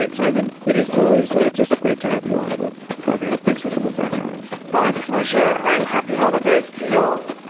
simon. it is always ah just great to have you on the program. thanks for coming back on my pleasure. and happy holidays to yeah all